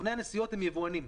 סוכני הנסיעות הם יבואנים.